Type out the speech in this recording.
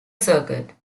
circuit